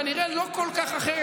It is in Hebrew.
כנראה לא כל כך אחרת,